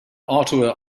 ottawa